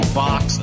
box